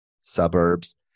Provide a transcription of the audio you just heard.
Suburbs